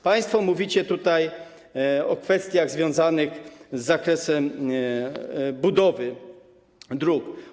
Państwo mówicie tutaj o kwestiach związanych z zakresem budowy dróg.